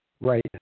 right